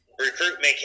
recruitment